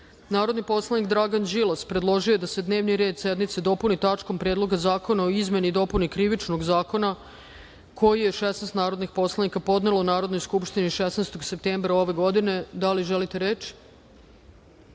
predlog. Narodni poslanik Dragan Đilas predložio je da se dnevni red sednice dopuni tačkom – Predloga zakona o izmeni i dopuni Krivičnog zakona, koji je 16 narodnih poslanika podnelo Narodnoj skupštini 16. septembra ove godine. Da li želite reč?